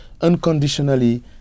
unconditionally